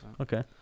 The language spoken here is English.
Okay